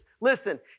Listen